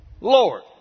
Lord